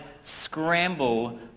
scramble